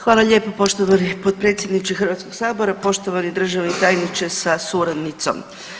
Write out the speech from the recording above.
Hvala lijepo poštovani potpredsjedniče Hrvatskog sabora, poštovani državni tajniče sa suradnicom.